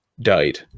died